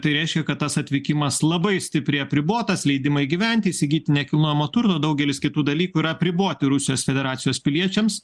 tai reiškia kad tas atvykimas labai stipriai apribotas leidimai gyventi įsigyti nekilnojamo turto daugelis kitų dalykų yra apriboti rusijos federacijos piliečiams